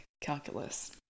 calculus